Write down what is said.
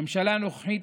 הממשלה הנוכחית,